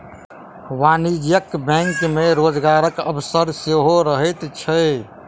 वाणिज्यिक बैंक मे रोजगारक अवसर सेहो रहैत छै